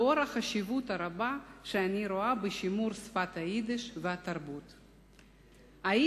לאור החשיבות הרבה שאני רואה בשימור שפת היידיש והתרבות שלה.